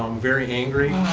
um very angry.